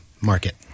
Market